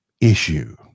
issue